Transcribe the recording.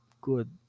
good